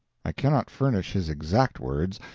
i cannot furnish his exact words,